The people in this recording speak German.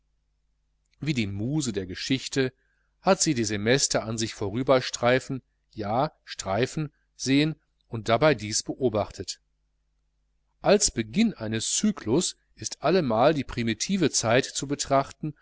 wie die muse der geschichte hat sie die semester an sich vorüber streifen ja streifen sehen und dabei dies beobachtet als beginn eines cyklus ist allemal die primitive zeit zu betrachten